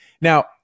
Now